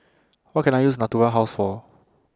What Can I use Natura House For